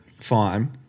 fine